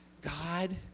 God